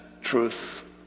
truth